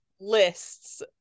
lists